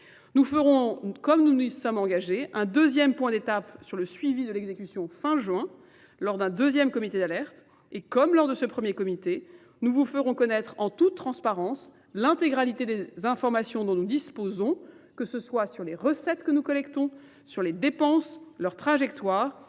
Nous ferons, comme nous nous sommes engagés, un deuxième point d'étape sur le suivi de l'exécution fin juin lors d'un deuxième comité d'alerte. Et comme lors de ce premier comité, nous vous ferons connaître en toute transparence l'intégralité des informations dont nous disposons, que ce soit sur les recettes que nous collectons, sur les dépenses, leurs trajectoires